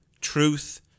truth